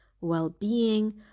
well-being